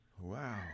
Wow